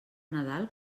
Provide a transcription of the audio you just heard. nadal